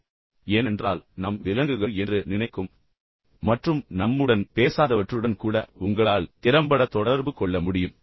உருப்படிகள் என்று சொன்னேன் ஏனென்றால் சில சமயங்களில் நாம் விலங்குகள் என்று நினைக்கும் மற்றும் நம்முடன் பேசாதவற்றுடன் கூட உங்களால் திறம்பட தொடர்பு கொள்ள முடியும்